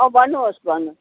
अँ भन्नुहोस् भन्नुहोस्